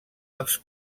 els